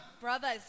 Brothers